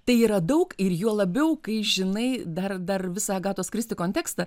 tai yra daug ir juo labiau kai žinai dar dar visą agatos kristi kontekstą